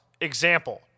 Example